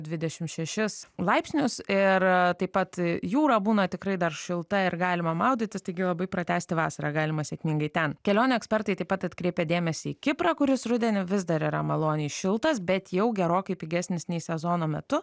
dvidešimt šešis laipsnius ir taip pat jūra būna tikrai dar šilta ir galima maudytis taigi labai pratęsti vasarą galima sėkmingai ten kelionių ekspertai taip pat atkreipia dėmesį į kiprą kuris rudenį vis dar yra maloniai šiltas bet jau gerokai pigesnis nei sezono metu